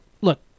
Look